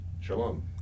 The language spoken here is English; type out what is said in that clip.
shalom